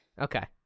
Okay